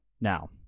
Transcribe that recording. Now